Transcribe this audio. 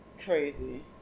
Crazy